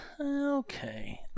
Okay